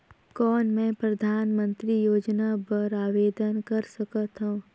कौन मैं परधानमंतरी योजना बर आवेदन कर सकथव?